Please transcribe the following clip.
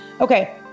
okay